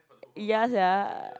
ya sia